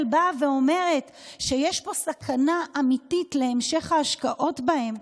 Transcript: באה ואומרת שיש פה סכנה אמיתית להמשך ההשקעות בהם,